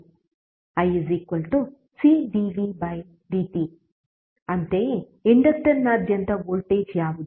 i Cdvdt ಅಂತೆಯೇ ಇಂಡಕ್ಟರ್ನಾದ್ಯಂತ voltage ಯಾವುದು